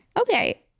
Okay